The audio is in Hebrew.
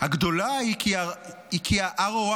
הגדולה היא כי ה-ROI,